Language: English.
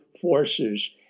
forces